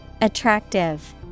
Attractive